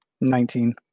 Nineteen